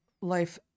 life